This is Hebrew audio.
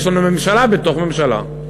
יש לנו ממשלה בתוך ממשלה.